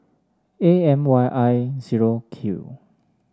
A M Y I zero Q